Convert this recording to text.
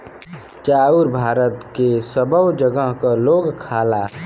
चाउर भारत के सबै जगह क लोग खाला